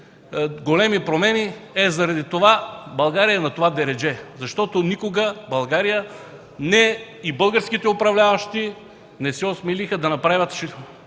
големи промени” – ето заради това България е на това дередже, защото никога България и българските управляващи не се осмелиха да направят